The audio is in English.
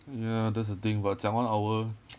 ya that's the thing but 讲 one hour